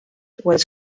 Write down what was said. was